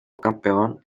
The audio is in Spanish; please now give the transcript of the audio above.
campeón